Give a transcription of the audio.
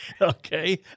Okay